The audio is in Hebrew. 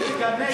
קודם כול תגנה,